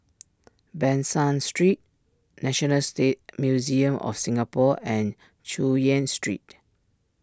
Ban San Street National stay Museum of Singapore and Chu Yen Street